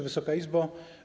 Wysoka Izbo!